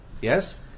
yes